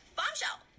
bombshell